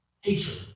Hatred